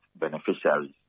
beneficiaries